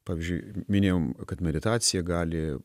pavyzdžiui minėjau kad meditacija gali